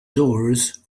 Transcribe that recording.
doors